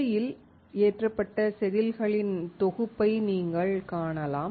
உலையில் ஏற்றப்பட்ட செதில்களின் தொகுப்பை நீங்கள் காணலாம்